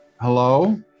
Hello